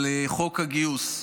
על חוק הגיוס.